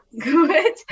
good